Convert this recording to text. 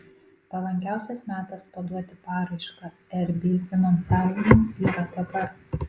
palankiausias metas paduoti paraišką rb finansavimui yra dabar